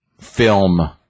film